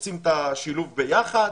עושים את השילוב ביחד,